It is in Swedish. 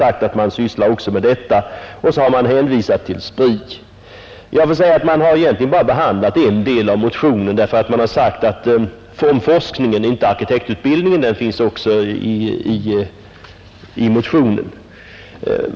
Vidare har utskottet hänvisat till SPRI. Men egentligen har utskottet bara behandlat en del av motionen, nämligen den som handlar om forskningen, och inte arkitektutbildningen som också finns med i motionen.